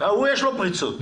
לו (משה אבוטבול) יש פריצות.